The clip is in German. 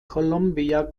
columbia